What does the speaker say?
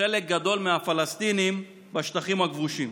חלק גדול מהפלסטינים בשטחים הכבושים.